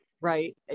right